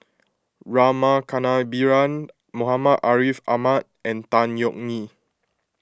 Rama Kannabiran Muhammad Ariff Ahmad and Tan Yeok Nee